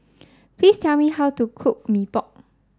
please tell me how to cook Mee Pok